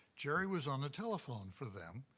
jerry was on the telephone for them,